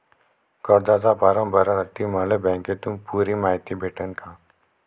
कर्जाचा फारम भरासाठी मले बँकेतून पुरी मायती भेटन का?